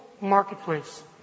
marketplace